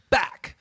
back